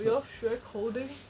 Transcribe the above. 我要学 coding